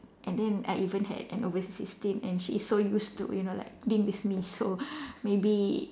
and then I even had an overseas stint and she is so used to you know like being with me so maybe